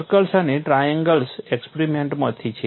circles અને triangles એક્સપરીમેન્ટમાંથી છે